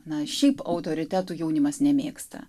na šiaip autoritetų jaunimas nemėgsta